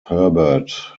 herbert